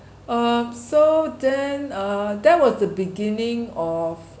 um so then uh that was the beginning of